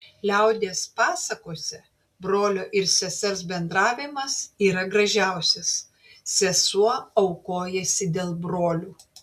liaudies pasakose brolio ir sesers bendravimas yra gražiausias sesuo aukojasi dėl brolių